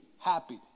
happy